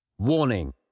Warning